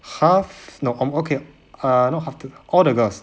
half no oh okay err not half the all the girls